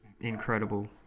incredible